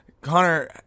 Connor